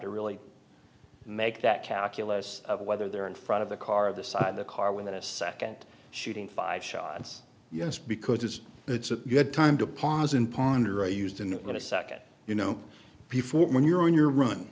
to really make that calculus whether they're in front of the car the side of the car without a second shooting five shots yes because it's it's a good time to pause and ponder i used in a second you know before when you're on your run